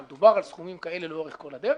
אבל דובר על סכומים כאלה לאורך כל הדרך,